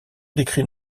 décrit